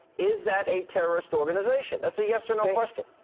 is that a terrorist organization? thatis a yes or no question.